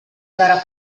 darà